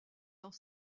dans